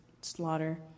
slaughter